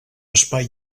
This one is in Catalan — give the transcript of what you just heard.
espai